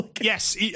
Yes